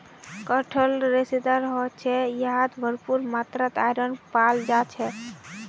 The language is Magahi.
कटहल रेशेदार ह छेक यहात भरपूर मात्रात आयरन पाल जा छेक